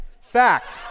Fact